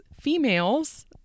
females